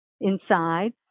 inside